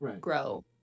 grow